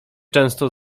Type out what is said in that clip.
często